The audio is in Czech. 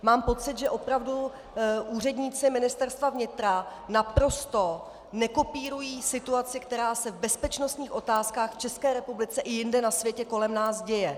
Mám pocit, že opravdu úředníci Ministerstva vnitra naprosto nekopírují situaci, která se v bezpečnostních otázkách v České republice i jinde na světě kolem nás děje.